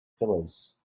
pillars